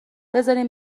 بذارین